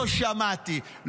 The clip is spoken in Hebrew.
לא שמעתי,